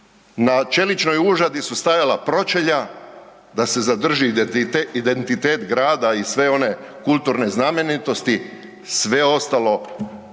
Na čeličnoj užadi su stajala pročelja da se zadrži identitet grada i sve one kulturne znamenitosti, sve ostalo